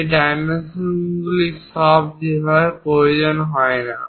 এই ডাইমেনশন যে ভাবে সব প্রয়োজন হয় না